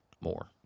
more